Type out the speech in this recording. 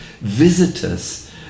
visitors